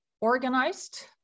organized